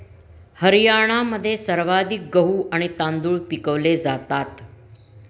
हरियाणामध्ये सर्वाधिक गहू आणि तांदूळ पिकवले जातात